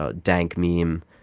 ah dank meme,